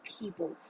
people